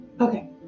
Okay